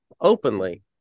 openly